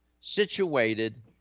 situated